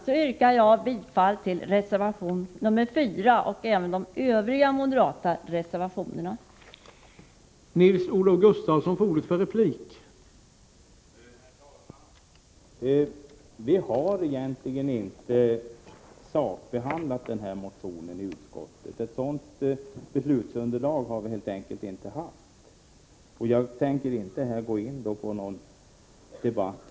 Härmed yrkar jag bifall till reservation 4 och även till de Övriga reservationerna som de moderata utskottsledamöterna undertecknat.